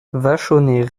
vachonnet